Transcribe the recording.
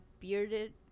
bearded